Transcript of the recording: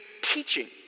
teaching